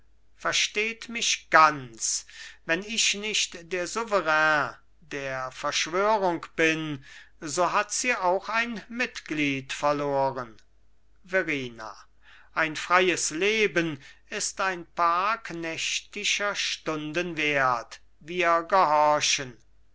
versteht mich ganz wenn ich nicht der souverän der verschwörung bin so hat sie auch ein mitglied verloren verrina ein freies leben ist ein paar knechtischer stunden wert wir gehorchen